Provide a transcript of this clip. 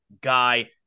guy